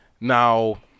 Now